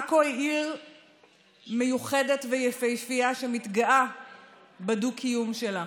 עכו היא עיר מיוחדת ויפהפייה שמתגאה בדו-קיום שלה.